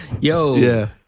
Yo